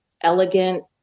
elegant